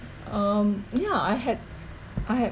um yeah I had I had